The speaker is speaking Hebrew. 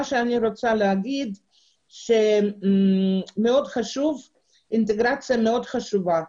אני רוצה לומר שעבור עולים חדשים האינטגרציה היא מאוד חשובה.